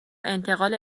انتقال